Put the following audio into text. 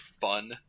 fun